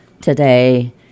today